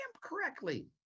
correctly